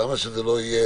למה שזה לא יהיה